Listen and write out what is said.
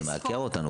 זה מעקר אותנו